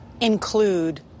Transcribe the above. include